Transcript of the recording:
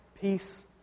peace